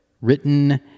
written